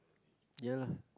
ya lah